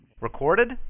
Recorded